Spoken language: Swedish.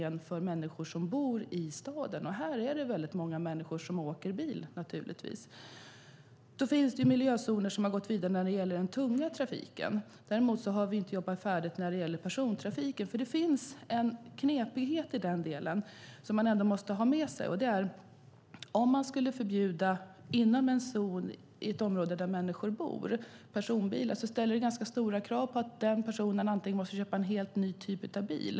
Här är det väldigt många människor som åker bil. Det finns miljözoner där man har gått vidare när det gäller den tunga trafiken. Däremot har vi inte jobbat färdigt vad gäller persontrafiken. Det finns en knepighet i den delen som man ändå måste ha med sig. Om man skulle förbjuda personbilar inom ett område i en zon där människor bor ställer det ganska stora krav på att den personen måste köpa en helt ny typ av bil.